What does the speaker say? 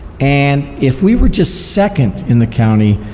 and if we were just second in the county,